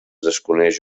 desconeix